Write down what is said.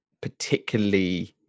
particularly